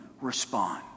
respond